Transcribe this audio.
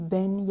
Ben